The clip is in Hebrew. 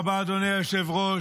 תודה רבה, אדוני היושב-ראש.